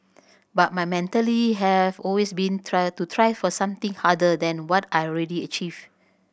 but my mentality has always been to try for something harder than what I had already achieved